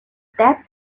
that